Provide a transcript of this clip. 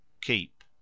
keep